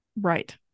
Right